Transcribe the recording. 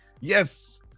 yes